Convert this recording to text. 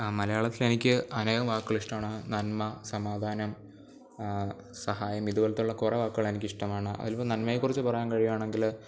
ആ മലയാളത്തിലെനിക്ക് അനേകം വാക്കുകളിഷ്ടമാണ് നന്മ സമാധാനം സഹായം ഇതുപോലത്തുള്ള കുറേ വാക്കുകളെനിക്കിഷ്ടമാണ് അതിലിപ്പോൾ നന്മയേക്കുറിച്ച് പറയാൻ കഴിയുവാണെങ്കിൽ